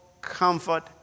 comfort